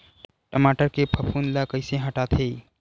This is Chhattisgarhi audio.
टमाटर के फफूंद ल कइसे हटाथे?